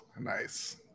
Nice